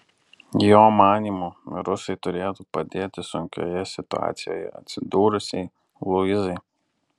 jo manymu rusai turėtų padėti sunkioje situacijoje atsidūrusiai luizai